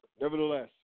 nevertheless